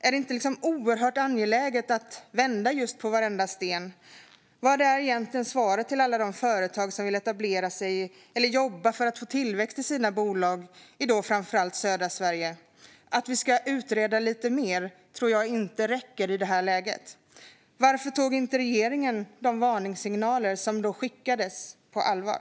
Är det inte i dessa lägen oerhört angeläget att vända på varenda sten? Vad är egentligen svaret till alla de företag som vill etablera sig eller jobba för att få tillväxt i sina bolag, framför allt i södra Sverige? Jag tror inte att det i det här läget räcker att säga att vi ska utreda lite mer. Varför tog inte regeringen de varningssignaler som skickades på allvar?